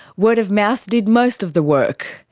word of mouth did most of the work.